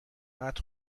قدر